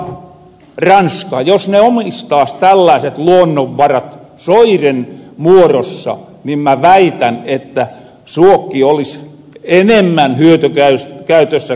jos ne omistaas tällaaset luonnonvarat soiren muorossa niin mä väitän että suokki olis enemmän hyötykäytössä ku tänä päivänä